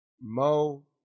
Mo